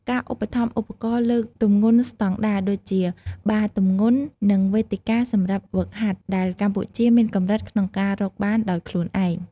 ការឧបត្ថម្ភឧបករណ៍លើកទម្ងន់ស្តង់ដារ ដូចជាបារទម្ងន់ និងវេទិកាសម្រាប់ហ្វឹកហាត់ ដែលកម្ពុជាមានកម្រិតក្នុងការរកបានដោយខ្លួនឯង។